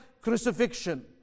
crucifixion